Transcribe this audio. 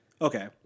Okay